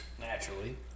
Naturally